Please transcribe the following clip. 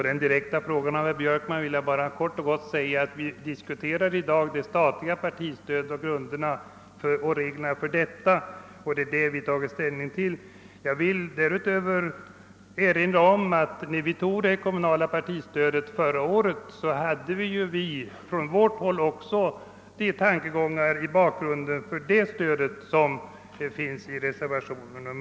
Herr talman! På herr Björkmans direkta fråga vill jag svara, att vad som i dag diskuteras är frågan om reglerna för det statliga partistödet, och det är den saken vi tagit ställning till genom vår reservation. Jag vill därutöver erinra om att när riksdagen förra året fattade beslut om det kommunala partistödet, så hade vi på vårt håll förslag enligt de tankar som framförs i reservationen 2.